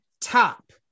top